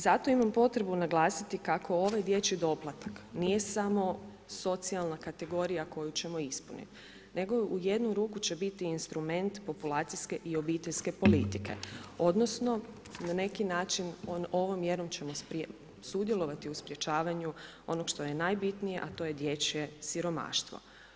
Zato imam potrebu naglasiti kako ovaj dječji doplatak nije samo socijalna kategorija koju ćemo ispunit, nego je u jednu ruku će biti instrument populacijske i obiteljske politike, odnosno na neki način ovom mjerom ćemo sudjelovati u sprječavanju onog što je najbitnije, a to je dječje siromaštvo.